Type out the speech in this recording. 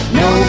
no